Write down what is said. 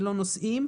בלא נוסעים,